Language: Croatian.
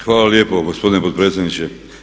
Hvala lijepo gospodine potpredsjedniče.